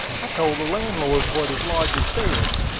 i told the landlord what his lodger said,